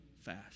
fast